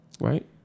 Right